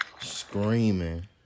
Screaming